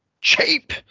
cheap